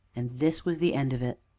and this was the end of it!